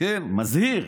כן, מזהיר.